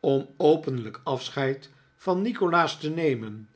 om openlijk afscheid van nikolaas te nemen